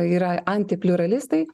yra anti pliuralistai